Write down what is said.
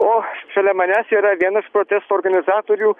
o šalia manęs yra viena iš protesto organizatorių